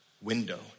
window